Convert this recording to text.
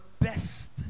best